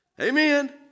Amen